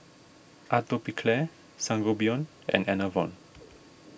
Atopiclair Sangobion and Enervon